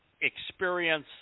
experience